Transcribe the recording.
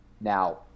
Now